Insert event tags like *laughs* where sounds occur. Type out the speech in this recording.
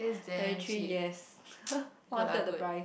thirty three years *laughs* one third the price